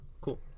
cool